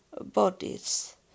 bodies